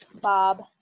Bob